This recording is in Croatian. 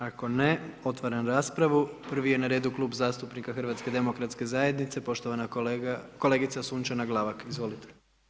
Ako, ne, otvaram raspravu, prvi je na redu Klub zastupnika HDZ-a, poštovana kolegica Sunčana Glavak, izvolite.